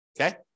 Okay